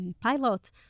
pilot